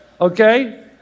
okay